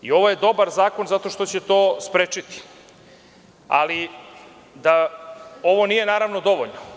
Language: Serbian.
Ovo je dobar zakon zato što će to sprečiti, ali ovo nije naravno dovoljno.